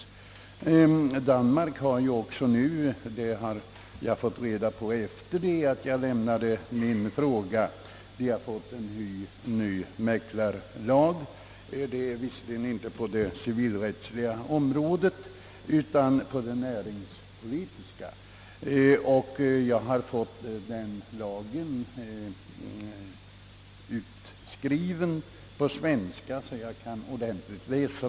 Sedan jag framställde min interpellation har jag fått reda på att också Danmark har fått en ny mäklarlag, visserligen inte på det civilrättsliga området utan på det näringspolitiska, och jag har låtit skriva ut den på svenska för att kunna läsa den ordentligt.